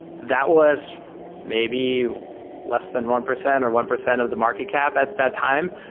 that was may be less than one percent or one percent of the market cap at that time.